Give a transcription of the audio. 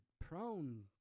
prone